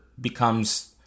becomes